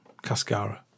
Cascara